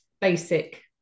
basic